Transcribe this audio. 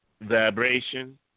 vibration